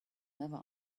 never